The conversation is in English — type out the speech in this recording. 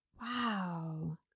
Wow